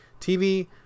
tv